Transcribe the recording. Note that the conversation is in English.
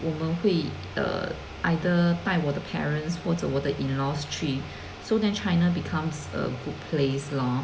我们会 err either 带我的 parents 或者我的 in laws 去 so then China becomes a good place lor